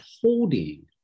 holding